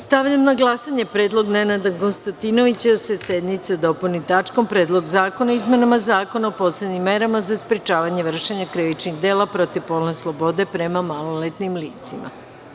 Stavljam na glasanje predlog narodnog poslanika Nenada Konstantinovića da se dnevni red sednice dopuni tačkom - Predlog zakona o izmenama Zakona o posebnim merama za sprečavanje vršenja krivičnih dela protiv polne slobode prema maloletnim licima.